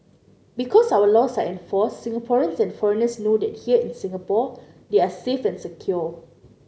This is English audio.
because our laws are enforced Singaporeans and foreigners know that here in Singapore they are safe and secure